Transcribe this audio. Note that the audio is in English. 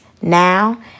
now